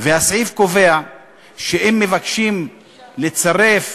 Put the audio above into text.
והסעיף קובע שאם מבקשים לצרף